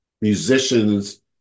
musicians